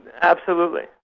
absolutely.